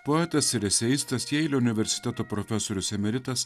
poetas ir eseistas jeilio universiteto profesorius emeritas